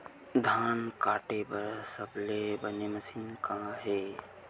धान काटे बार सबले बने मशीन कोन हे?